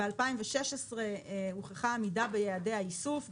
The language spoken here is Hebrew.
ב-2016 הוכחה עמידה ביעדי האיסוף,